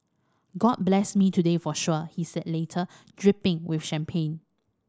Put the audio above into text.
god blessed me today for sure he said later dripping with champagne